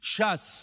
ש"ס,